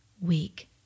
week